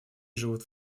живут